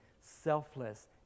selfless